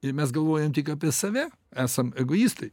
ir mes galvojam tik apie save esam egoistai